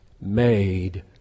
made